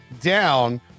down